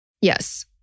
Yes